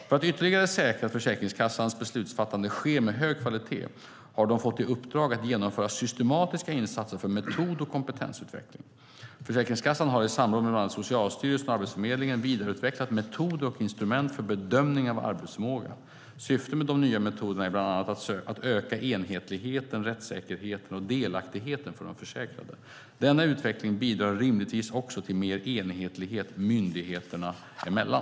För att ytterligare säkra att Försäkringskassans beslutsfattande sker med hög kvalitet har de fått i uppdrag att genomföra systematiska insatser för metod och kompetensutveckling. Försäkringskassan har i samråd med bland andra Socialstyrelsen och Arbetsförmedlingen vidareutvecklat metoder och instrument för bedömning av arbetsförmåga. Syftet med de nya metoderna är bland annat att öka enhetligheten, rättsäkerheten och delaktigheten för de försäkrade. Denna utveckling bidrar rimligtvis också till mer enhetlighet myndigheterna emellan.